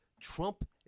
Trump